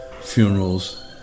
funerals